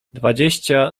dwadzieścia